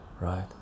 right